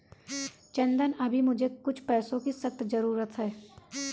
चंदन अभी मुझे कुछ पैसों की सख्त जरूरत है